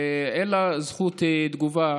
ואין לה זכות תגובה